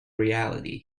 reality